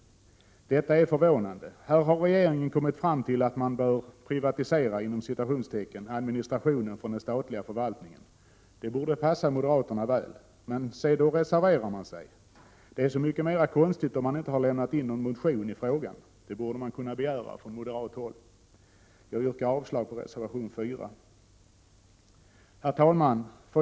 Detta är förvånande. Här har regeringen kommit fram till att man bör ”privatisera” administrationen från den statliga förvaltningen, och det borde passa moderaterna väl. Men se då reserverar man sig. Det är så mycket mera konstigt då man inte har väckt någon motion i frågan. Det borde man kunna begära från moderat håll. Jag yrkar avslag på reservation 4. Herr talman!